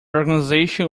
organization